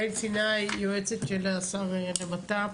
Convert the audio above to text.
אני יועצת השר לבט"פ.